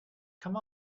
come